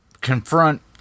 confront